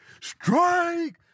strike